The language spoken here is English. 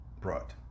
brought